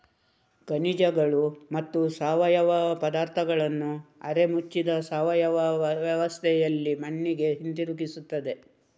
ಖನಿಜಗಳು ಮತ್ತು ಸಾವಯವ ಪದಾರ್ಥಗಳನ್ನು ಅರೆ ಮುಚ್ಚಿದ ಸಾವಯವ ವ್ಯವಸ್ಥೆಯಲ್ಲಿ ಮಣ್ಣಿಗೆ ಹಿಂತಿರುಗಿಸುತ್ತದೆ